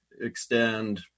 extend